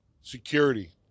security